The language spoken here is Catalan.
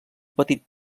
petit